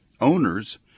owners